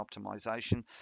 optimization